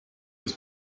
des